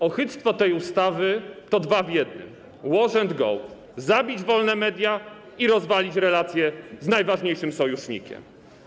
Ohydztwo tej ustawy to dwa w jednym, wash and go: zabić wolne media i rozwalić relację z najważniejszym sojusznikiem.